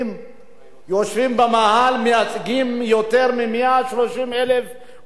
שיושבים במאהל ומייצגים יותר מ-130,000 עולי אתיופיה,